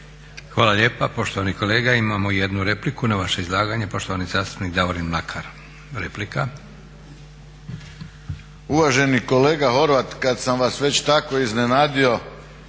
Hvala lijepa poštovani kolega. Imamo jednu repliku na vaše izlaganje. Poštovani zastupnik Davorin Mlakar, replika. **Mlakar, Davorin (HDZ)** Uvaženi kolega Horvat, kad sam vas već tako iznenadio